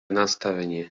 nastavenie